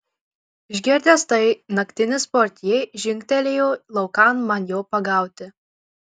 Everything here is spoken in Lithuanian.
išgirdęs tai naktinis portjė žingtelėjo laukan man jo pagauti